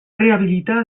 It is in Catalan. rehabilitar